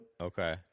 Okay